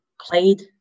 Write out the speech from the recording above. played